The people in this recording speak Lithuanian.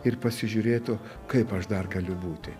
ir pasižiūrėtų kaip aš dar galiu būti